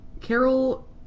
Carol